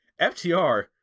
FTR